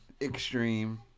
Extreme